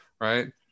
right